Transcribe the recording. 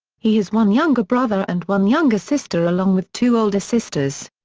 he has one younger brother and one younger sister along with two older sisters.